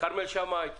כרמל שאמה התחבר?